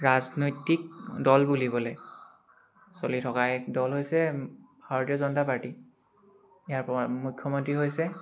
ৰাজনৈতিক দল বুলিবলৈ চলি থকা এক দল হৈছে ভাৰতীয় জনতা পাৰ্টী ইয়াৰ মুখ্যমন্ত্ৰী হৈছে